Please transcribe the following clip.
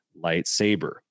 lightsaber